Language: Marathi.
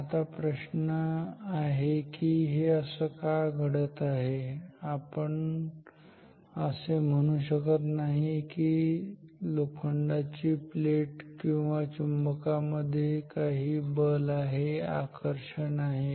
आता प्रश्न आहे की हे असं का घडत आहे आपण असे म्हणू शकत नाही की लोखंडाची प्लेट आणि चुंबका मध्ये काही बल आहे आकर्षण आहे